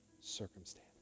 circumstance